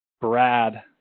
Brad